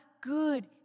good